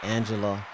Angela